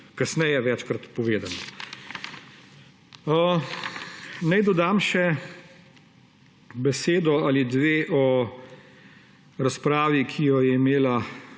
kasneje večkrat povedano. Naj dodam še besedo ali dve o razpravi, ki jo je imela